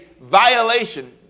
violation